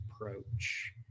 approach